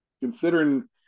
considering